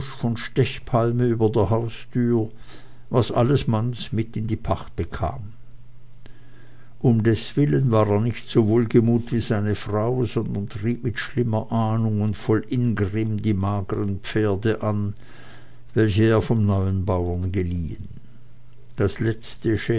von stechpalme über der haustüre was manz alles mit in die pacht bekam um deswillen war er nicht so wohlgemut wie seine frau sondern trieb mit schlimmer ahnung und voll ingrimm die mageren pferde an welche er vom neuen bauern geliehen das letzte